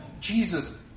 Jesus